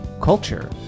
culture